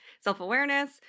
self-awareness